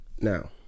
Now